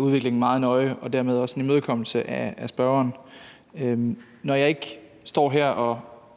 udviklingen meget nøje, og det er dermed også en imødekommelse af spørgeren. Når jeg ikke står her og